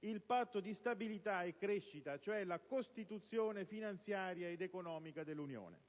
il Patto di stabilità e crescita, cioè la costituzione finanziaria ed economica dell'Unione.